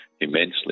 immensely